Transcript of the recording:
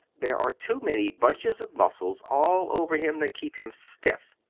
there are too many bunches of muscles all over him that keep him stiff.